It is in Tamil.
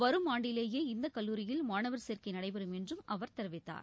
வரும் ஆண்டிலேயே இந்த கல்லூரியில் மாணவர் சேர்க்கை நடைபெறும் என்றும் அவர் தெரிவித்தார்